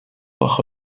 bajo